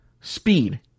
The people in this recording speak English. speed